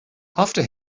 after